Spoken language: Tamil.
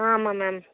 ஆமாம் மேம்